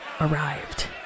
arrived